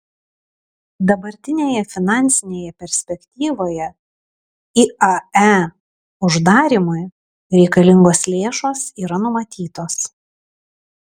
dabartinėje finansinėje perspektyvoje iae uždarymui reikalingos lėšos yra numatytos